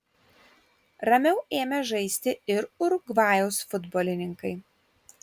ramiau ėmė žaisti ir urugvajaus futbolininkai